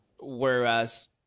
Whereas